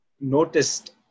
noticed